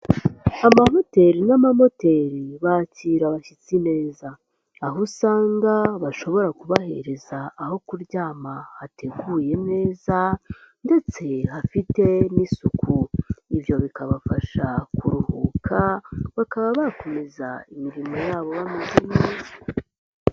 Amahoteri n'amamoteri bakira abashyitsi neza. Aho usanga bashobora kubahereza aho kuryama hateguye neza ndetse hafite n'isuku. Ibyo bikabafasha kuruhuka, bakaba bakomeza imirimo yabo bameze neza.